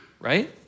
right